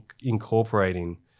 incorporating